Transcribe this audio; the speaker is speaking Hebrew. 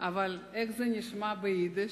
" אבל איך זה נשמע ביידיש?